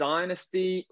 Dynasty